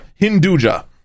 Hinduja